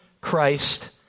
Christ